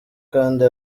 kandi